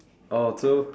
oh so